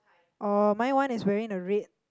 oh mine one is wearing the red